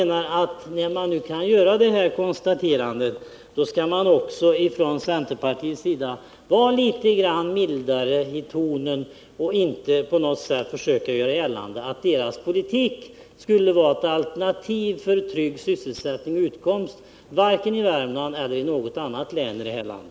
När man nu gör det här konstaterandet har man inom centerpartiet, tycker jag, också anledning att vara litet mildare i tonen och inte försöka göra gällande att den egna politiken skulle vara ett alternativ för trygg sysselsättning och utkomst, vare sig i Värmland eller något annat län här i landet.